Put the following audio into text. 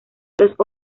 los